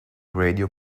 radio